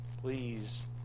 please